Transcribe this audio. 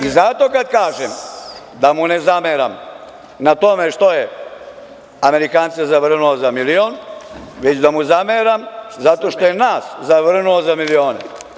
I zato kada kažem, da mu ne zameram, na tome što je Amerikance zavrnuo za milion, već da mu zameram zato što je nas zavrnuo za milione.